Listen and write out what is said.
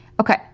Okay